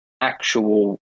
actual